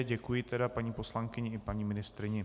Děkuji paní poslankyni i paní ministryni.